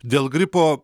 dėl gripo